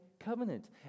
covenant